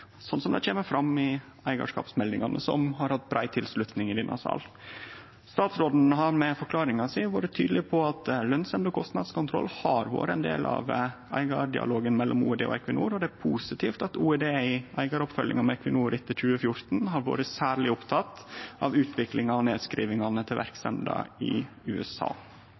sånn som det kjem fram av eigarskapsmeldingane som har hatt brei tilslutning i denne salen. Statsråden har med forklaringa si vore tydeleg på at lønsemd og kostnadskontroll har vore ein del av eigardelen mellom Olje- og energidepartementet og Equinor, og det er positivt at Olje- og energidepartementet i eigaroppfølginga med Equinor etter 2014 har vore særleg oppteke av utviklinga og nedskrivingane til verksemda i USA.